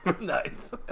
Nice